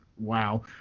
wow